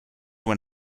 when